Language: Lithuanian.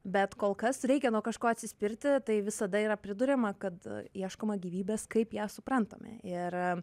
bet kol kas reikia nuo kažko atsispirti tai visada yra priduriama kad ieškoma gyvybės kaip ją suprantame ir